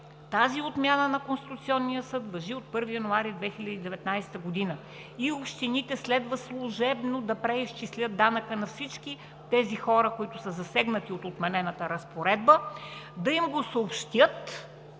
тази отмяна на Конституционния съд важи от 1 януари 2019 г. и общините следва служебно да преизчислят данъка на всички тези хора, които са засегнати от отменената разпоредба – да им го съобщят,